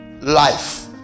life